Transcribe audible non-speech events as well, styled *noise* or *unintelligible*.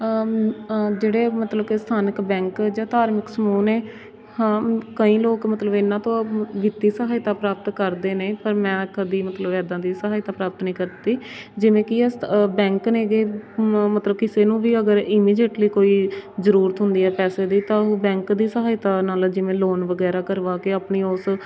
ਜਿਹੜੇ ਮਤਲਬ ਕਿ ਸਥਾਨਕ ਬੈਂਕ ਜਾਂ ਧਾਰਮਿਕ ਸਮੂਹ ਨੇ ਹਾਂ ਕਈ ਲੋਕ ਮਤਲਬ ਇਹਨਾਂ ਤੋਂ ਵਿੱਤੀ ਸਹਾਇਤਾ ਪ੍ਰਾਪਤ ਕਰਦੇ ਨੇ ਪਰ ਮੈਂ ਕਦੀ ਮਤਲਬ ਇੱਦਾਂ ਦੀ ਸਹਾਇਤਾ ਪ੍ਰਾਪਤ ਨਹੀਂ ਕਰਤੀ ਜਿਵੇਂ ਕਿ ਅ ਬੈਂਕ ਨੇ ਗੇ ਮਤਲਬ ਕਿ ਕਿਸੇ ਨੂੰ ਵੀ ਅਗਰ ਇਮੀਜੇਟਲੀ ਕੋਈ ਜ਼ਰੂਰਤ ਹੁੰਦੀ ਹੈ ਪੈਸੇ ਦੀ ਤਾਂ ਉਹ ਬੈਂਕ ਦੀ ਸਹਾਇਤਾ ਨਾਲ ਜਿਵੇਂ ਲੋਨ ਵਗੈਰਾ ਕਰਵਾ ਕੇ ਆਪਣੀ *unintelligible*